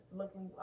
looking